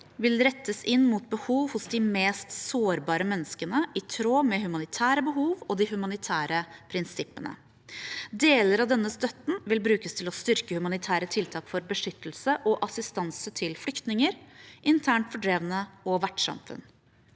vil rettes inn mot behov hos de mest sårbare menneskene, i tråd med humanitære behov og de humanitære prinsippene. Deler av denne støtten vil brukes til å styrke humanitære tiltak for beskyttelse og assistanse til flyktninger, internt fordrevne og vertssamfunn.